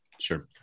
Sure